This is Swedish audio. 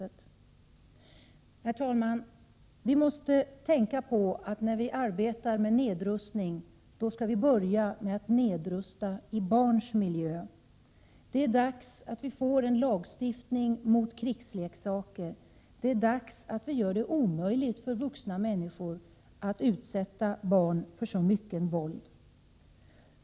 Herr talman! Vi måste tänka på att vi när vi arbetar med nedrustning måste börja att nedrusta i barns miljö. Det är dags att vi får en lagstiftning mot krigsleksaker, det är dags att vi gör det omöjligt för vuxna människor att utsätta barn för så mycket våld.